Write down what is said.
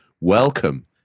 Welcome